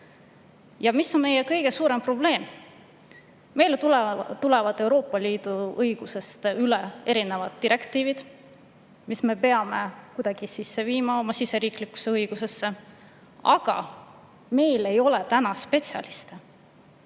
Mis on meie kõige suurem probleem? Meile tulevad Euroopa Liidu õigusest üle erinevad direktiivid, mis me peame kuidagi oma siseriiklikusse õigusesse sisse viima, aga meil ei ole selleks spetsialiste.